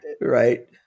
right